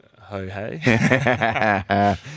Ho-hey